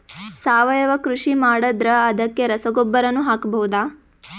ಸಾವಯವ ಕೃಷಿ ಮಾಡದ್ರ ಅದಕ್ಕೆ ರಸಗೊಬ್ಬರನು ಹಾಕಬಹುದಾ?